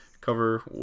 cover